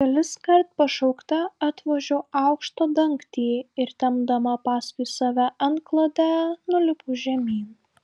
keliskart pašaukta atvožiu aukšto dangtį ir tempdama paskui save antklodę nulipu žemyn